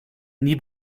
nie